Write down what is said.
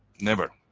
never.